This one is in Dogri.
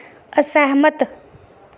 असैह्मत